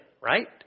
right